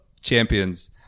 champions